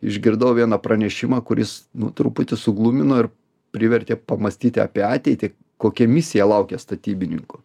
išgirdau vieną pranešimą kuris truputį suglumino ir privertė pamąstyti apie ateitį kokia misija laukia statybininkų